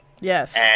Yes